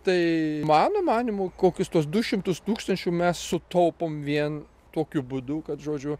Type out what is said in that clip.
tai mano manymu kokius tuos du šimtus tūkstančių mes sutaupom vien tokiu būdu kad žodžiu